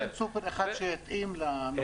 בכל נצרת כמעט אין סופר אחד שיתאים למכונות.